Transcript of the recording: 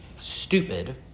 stupid